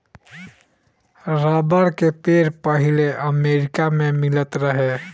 rubber के पेड़ पहिले अमेरिका मे मिलत रहे